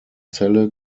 zelle